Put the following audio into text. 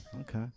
Okay